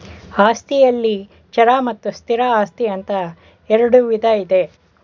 ಆಸ್ತಿಯಲ್ಲಿ ಚರ ಮತ್ತು ಸ್ಥಿರ ಆಸ್ತಿ ಅಂತ ಇರುಡು ವಿಧ ಇದೆ